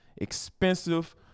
expensive